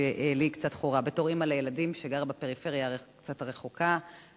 שלי קצת חורה: בתור אמא לילדים שגרה בפריפריה הקצת רחוקה,